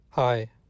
Hi